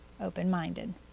open-minded